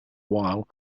while